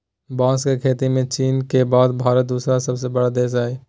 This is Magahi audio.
बांस के खेती में चीन के बाद भारत दूसरा सबसे बड़ा देश हइ